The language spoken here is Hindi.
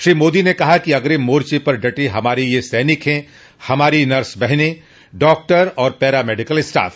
श्री मोदी ने कहा कि अग्रिम मोर्चे पर डटे हमारे ये सैनिक हैं हमारी नर्स बहनें डाक्टर और पैरा मेडिकल स्टॉफ